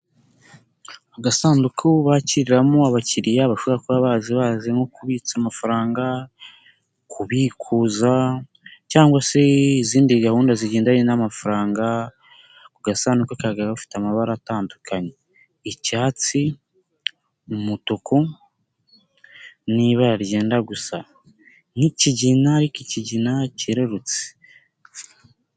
Agasanduku bakiriramo abakiriya bashobora kuba baje bazi nko kubitsa amafaranga kubikuza cyangwa se izindi gahunda zigendanye n'amafaranga, ako gasanduku ka gafite amabara atandukanye icyatsi, umutuku, n'ibara ryenda gusa nk'ikigina ariko ikigina kerurutse.